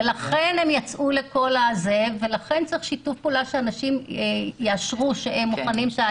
לכן הם יצאו ולכן צריך שיתוף פעולה שאנשים יאשרו שהם מוכנים.